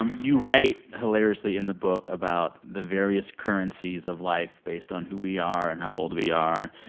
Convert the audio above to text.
um you write hilariously in the book about the various currencies of life based on who we are and how old we are.